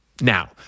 Now